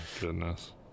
goodness